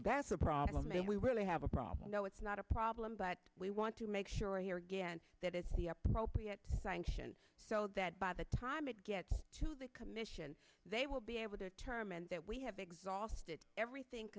a problem and we really have a problem no it's not a problem but we want to make sure here again that it's the appropriate sanction so that by the time it gets to the commission they will be able to determine that we have exhausted everything